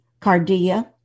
Cardia